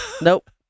Nope